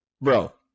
Bro